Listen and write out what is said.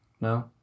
No